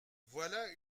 voilà